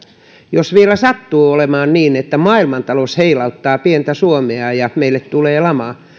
jos vielä sattuu olemaan niin että maailmantalous heilauttaa pientä suomea ja meille tulee lama